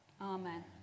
Amen